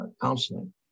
Counseling